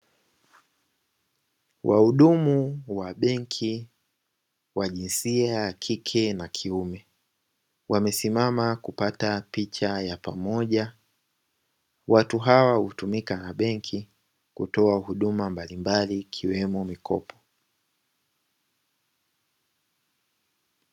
Wahudumu wa benki wa jinsia ya kike na kiume wamesimama kupata picha ya pamoja, watu hawa hutumika na benki kutoa huduma mbalimbali ikiwemo mikopo.